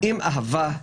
עם אהבה,